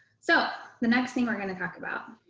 so the next thing we're going to talk about.